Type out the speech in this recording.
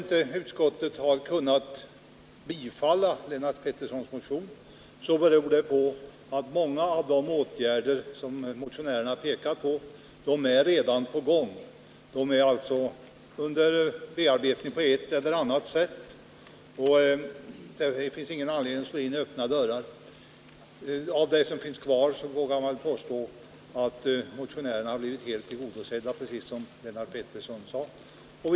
När utskottet ändå inte har kunnat tillstyrka motionen, så beror det på att många av de åtgärder som motionärerna har pekat på redan är på gång. De är alltså under bearbetning på ett eller annat sätt, och det finns ingen anledning att slå in öppna dörrar. När det gäller vad som sedan finns kvar vågar jag påstå att motionärerna har blivit helt tillgodosedda, precis som Lennart Pettersson sade.